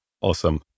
Awesome